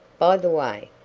by the way,